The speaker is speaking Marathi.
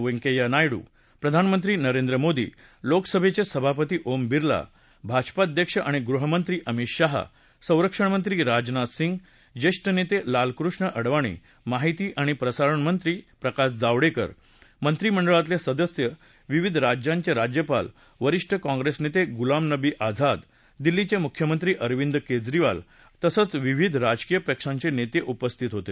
व्यकंय्या नायडू प्रधानमंत्री नरेंद्र मोदी लोकसभेचे सभापती ओम बिर्ला भाजपाध्यक्ष आणि गृहमंत्री अमित शहा संरक्षणमंत्री राजनाथ सिंह ज्येष्ठ नेते लालकृष्ण अडवाणी माहिती आणि प्रसारण मंत्री प्रकाश जावडेकर मंत्रिमंडळातले सदस्य विविध राज्यांचे राज्यपाल वरिष्ठ काँग्रेस नेते गुलाम नबी आझाद दिल्लीचे मुख्यमंत्री अरविद केजरीवाल आणि तसंच विविध राजकीय पक्षांचे नेते उपस्थित होते